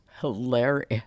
hilarious